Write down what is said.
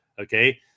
Okay